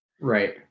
Right